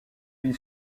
vie